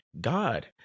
God